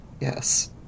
Yes